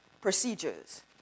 procedures